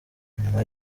nyuma